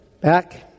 back